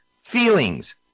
feelings